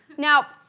now,